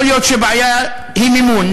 יכול להיות שהבעיה היא מימון.